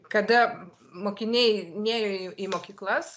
kada mokiniai nėjo į mokyklas